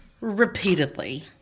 repeatedly